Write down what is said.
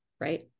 right